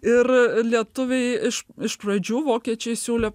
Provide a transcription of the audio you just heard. ir lietuviai iš iš pradžių vokiečiai siūlė